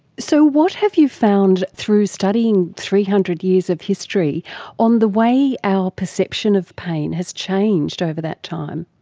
so what have you found through studying three hundred years of history on the way our perception of pain has changed over that time?